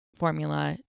formula